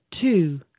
two